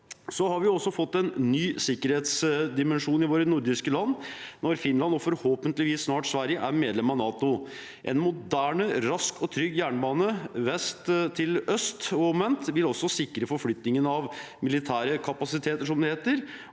Vi har også fått en ny sikkerhetsdimensjon i våre nordiske land, når Finland, og forhåpentligvis snart Sverige, er medlem av NATO. En moderne, rask og trygg jernbane fra vest til øst og omvendt vil også sikre forflytningen av militære kapasiteter, som det heter,